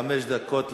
חמש דקות לכבודו.